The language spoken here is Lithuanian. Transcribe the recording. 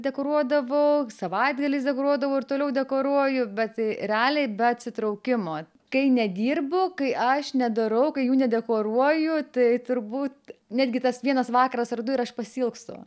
dekoruodavau savaitgaliais dekoruodavau ir toliau dekoruoju bet realiai be atsitraukimo kai nedirbu kai aš nedarau kai jų nedeklaruoju tai turbūt netgi tas vienas vakaras ar du ir aš pasiilgstu